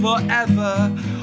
forever